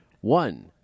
One